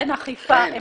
אין אכיפה.